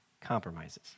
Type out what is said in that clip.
compromises